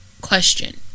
Question